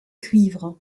cuivres